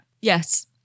Yes